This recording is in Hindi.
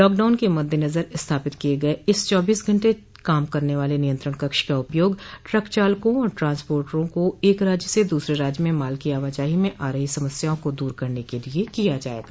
लॉकडाउन के मद्देनजर स्थापित किए गए इस चौबीस घंटे काम करने वाले नियंत्रण कक्ष का उपयोग ट्रक चालकों और ट्रांसपोर्टरों को एक राज्य से दूसरे राज्य में माल की आवाजाही में आ रही समस्याओं को दूर करने के लिए किया जाएगा